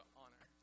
honor